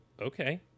okay